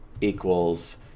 equals